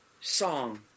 song